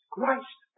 Christ